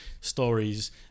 stories